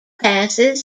passes